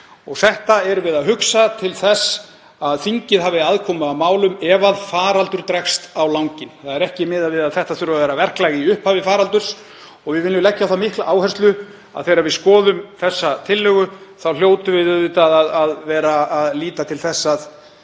Þetta hugsum við til þess að þingið hafi aðkomu að málum ef faraldur dregst á langinn. Ekki er miðað við að þetta þurfi að vera verklag í upphafi faraldurs og við viljum leggja á það mikla áherslu að þegar við skoðum tillöguna hljótum við auðvitað að líta til þess að